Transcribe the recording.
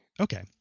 Okay